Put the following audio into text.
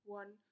one